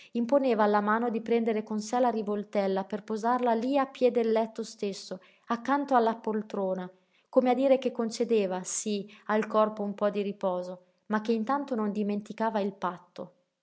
imponeva alla mano di prendere con sé la rivoltella per posarla lí a piè del letto stesso accanto alla poltrona come a dire che concedeva sí al corpo un po di riposo ma che intanto non dimenticava il patto